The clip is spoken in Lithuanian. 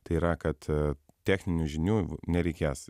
tai yra kad techninių žinių nereikės